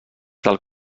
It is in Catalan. del